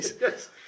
Yes